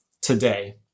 today